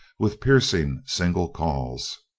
with piercing single calls.